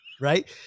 Right